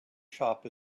shop